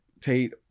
Tate